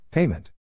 Payment